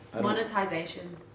Monetization